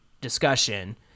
discussion